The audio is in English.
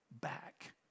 back